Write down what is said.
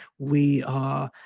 we are